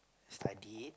study it